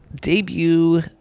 debut